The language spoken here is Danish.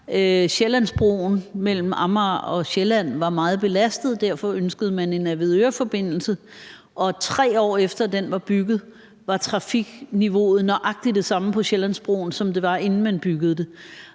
Sjællandsbroen mellem Amager og Sjælland var meget belastet, hvorfor man ønskede en Avedøreforbindelse, og 3 år efter at den var bygget, var trafikniveauet nøjagtig det samme på Sjællandsbroen, som det var, inden man byggede det.